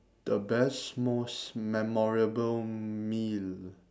the best most memorable meal